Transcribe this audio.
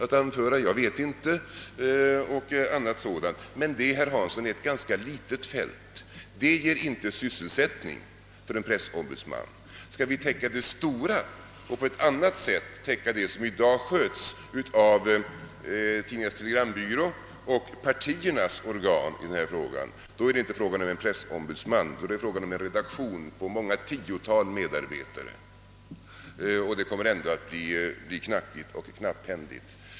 Men detta är, herr Hansson, ett ganska litet fält; det ger inte sysselsättning för en pressombudsman, Skall vi på ett annat sätt täcka det stora fält som i dag sköts av Tidningarnas telegrambyrå och partiernas organ, så är det inte fråga om en pressombudsman utan om en redaktion på många tiotal medarbetare. Det kommer ändå att bli knackigt och knapphändigt.